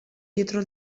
dietro